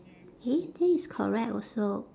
eh this is correct also